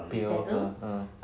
pay off ah ah